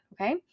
okay